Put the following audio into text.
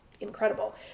incredible